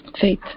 Faith